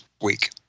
week